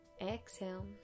exhale